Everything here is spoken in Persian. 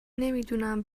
نمیدونم